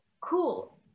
cool